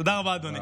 תודה רבה, אדוני.